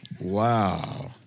Wow